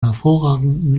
hervorragenden